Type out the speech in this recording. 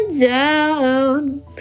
down